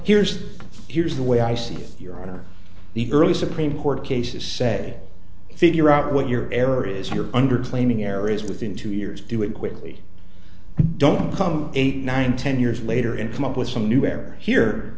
here's here's the way i see it here are the early supreme court cases say figure out what your error is you're under training areas within two years do it quickly don't come eight nine ten years later and come up with some new errors here